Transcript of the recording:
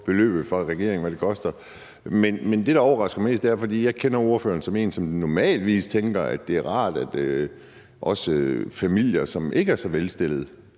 beløbet oplyst af regeringen, altså hvad det koster. Men der er noget andet, der overrasker mig mest. For jeg kender ordføreren som en, som normalt tænker, at det er rart, at også familier, som ikke er så velstillede,